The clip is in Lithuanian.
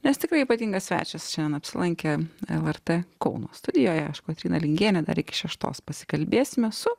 nes tikrai ypatingas svečias šiandien apsilankė lrt kauno studijoje aš kotryna lingienė dar iki šeštos pasikalbėsime su